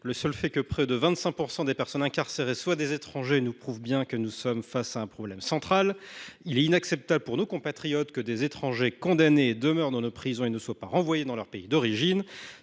le seul fait que près de 25 % des personnes incarcérées soient des étrangers prouve bien que nous sommes face à un problème central. Il est inacceptable pour nos compatriotes que des étrangers condamnés demeurent dans nos prisons et ne soient pas renvoyés dans leur pays d’origine.